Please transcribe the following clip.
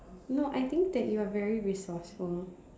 no I think that you are very resourceful